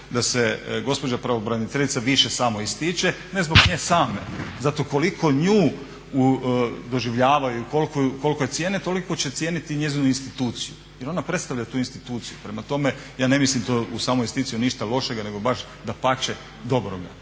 da se gospođa pravobraniteljica više samoističe, ne zbog nje same, zato koliko nju doživljavaju i koliko je cijene, toliko će cijeniti njezinu instituciju jer ona predstavlja tu instituciju. Prema tome, ja ne mislim to u samo isticanju ništa lošega, nego baš dapače dobroga.